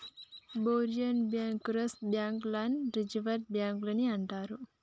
ఒరేయ్ bankers bank లని reserve బాంకులని అంటారు